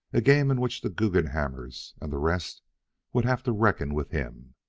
a game in which the guggenhammers and the rest would have to reckon with him.